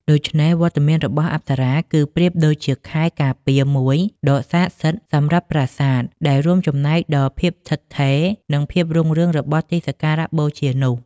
ដូច្នេះ វត្តមានរបស់អប្សរា គឺប្រៀបដូចជាខែលការពារមួយដ៏ស័ក្តិសិទ្ធិសម្រាប់ប្រាសាទ ដែលរួមចំណែកដល់ភាពឋិតថេរ និងភាពរុងរឿងរបស់ទីសក្ការបូជានោះ។